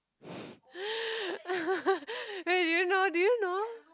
wait did you know did you know